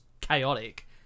chaotic